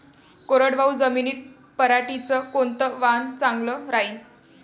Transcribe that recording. कोरडवाहू जमीनीत पऱ्हाटीचं कोनतं वान चांगलं रायीन?